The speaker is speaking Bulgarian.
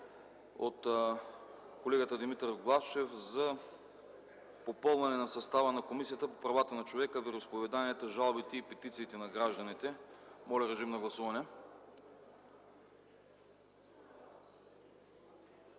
от колегата Димитър Главчев за попълване на състава на Комисията по правата на човека, вероизповеданията, жалбите и петициите на гражданите. Моля режим на гласуване.